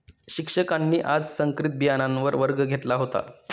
शिक्षकांनी आज संकरित बियाणांवर वर्ग घेतला होता